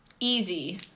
easy